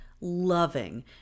loving